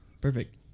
Perfect